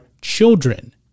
children